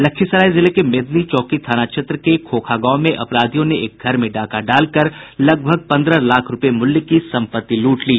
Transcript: लखीसराय जिले के मेदनी चौकी थाना क्षेत्र के खोखा गांव में अपराधियों ने एक घर में डाका डालकर लगभग पंद्रह लाख रूपये मूल्य की संपत्ति लूट ली